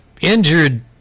injured